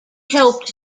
helped